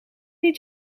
dit